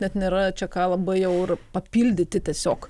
net nėra čia ką labai jau ir papildyti tiesiog